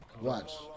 Watch